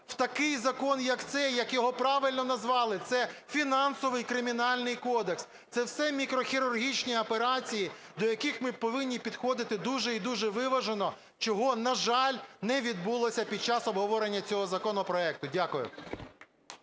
у такий закон, як цей, як його правильно назвали, це Фінансовий кримінальний кодекс – це все мікрохірургічні операції, до яких ми повинні підходити дуже й дуже виважено, чого, на жаль, не відбулося під час обговорення цього законопроекту. Дякую.